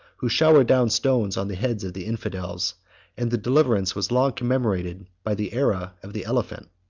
who showered down stones on the heads of the infidels and the deliverance was long commemorated by the aera of the elephant.